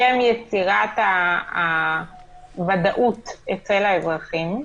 לשם יצירת הוודאות אצל האזרחים,